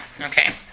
Okay